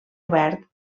obert